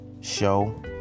show